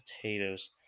potatoes